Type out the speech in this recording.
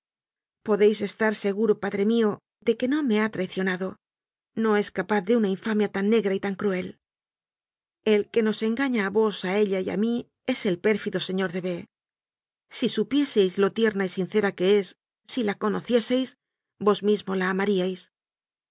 podéis estar seguro padre mío de que no me ha traicionado no es ca paz de una infamia tan negra y tan cruel el que nos engaña a vos a ella y a mí es el pérfido señor de b si supieseis lo tierna y sincera que es si la conocieseis vos mismo la amaríais